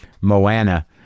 Moana